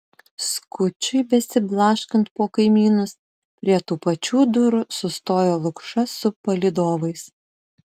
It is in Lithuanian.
skučui besiblaškant po kaimynus prie tų pačių durų sustojo lukša su palydovais